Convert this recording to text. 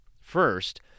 First